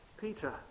Peter